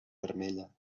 vermella